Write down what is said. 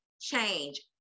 change